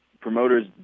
promoters